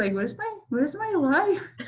like, where's my where's my wife?